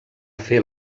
fer